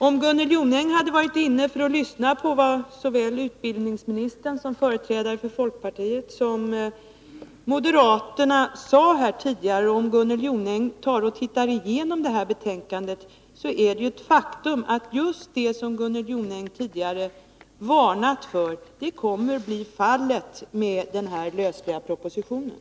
Om Gunnel Jonäng hade varit inne i kammaren och lyssnat på vad såväl utbildningsministern som företrädare för folkpartiet och moderaterna tidigare sade och om hon hade läst igenom detta betänkande, skulle hon kunnat konstatera att det är ett faktum att just det som Gunnel Jonäng tidigare varnat för kommer att bli verklighet med denna lösliga proposition.